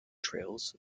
trails